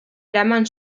eraman